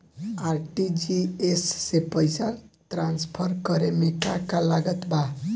RTGS से पईसा transfer करे मे का का लागत बा?